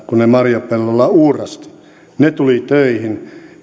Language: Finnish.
kun he marjapellolla uurastivat he tulivat töihin